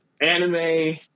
anime